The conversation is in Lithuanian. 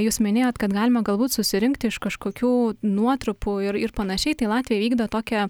jūs minėjot kad galima galbūt susirinkti iš kažkokių nuotrupų ir ir panašiai tai latviai vykdo tokią